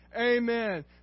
Amen